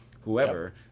whoever